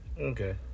Okay